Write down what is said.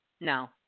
no